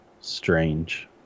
strange